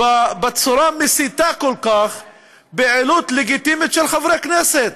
בצורה מסיתה כל כך פעילות לגיטימית של חברי כנסת.